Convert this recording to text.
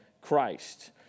Christ